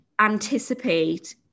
anticipate